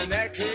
neck